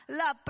la